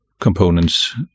components